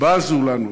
בזו לנו.